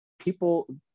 people